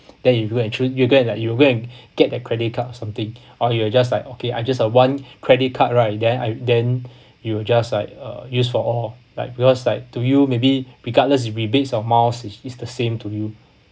then you go and choose you get like you go and get a credit card or something or you're just like okay I just uh one credit card right then I then you will just like uh use for all like because like to you maybe regardless the rebates amount is is the same to you